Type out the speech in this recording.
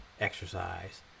exercise